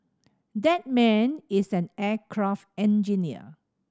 that man is an aircraft engineer